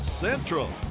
Central